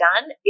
done